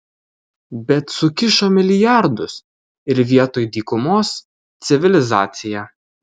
bet sukišo milijardus ir vietoj dykumos civilizacija